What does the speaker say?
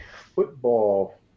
football